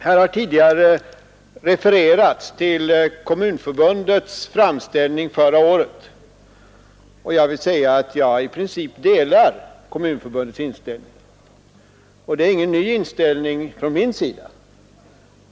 Här har tidigare refererats till Kommunförbundets framställning förra året, och jag vill säga att jag i princip delar Kommunförbundets inställning. Det är ingen ny inställning från min sida.